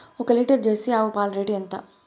ఒక litre Jersey ఆవు పాలు రేటు ఎంత?